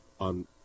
on